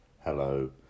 hello